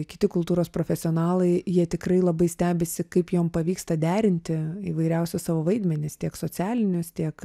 kiti kultūros profesionalai jie tikrai labai stebisi kaip jom pavyksta derinti įvairiausius savo vaidmenis tiek socialinius tiek